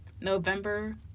November